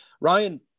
Ryan